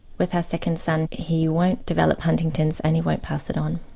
with our second son he won't develop huntington's and he won't pass it on.